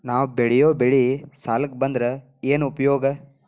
ನಾವ್ ಬೆಳೆಯೊ ಬೆಳಿ ಸಾಲಕ ಬಂದ್ರ ಏನ್ ಉಪಯೋಗ?